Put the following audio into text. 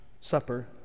supper